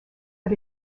but